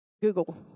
Google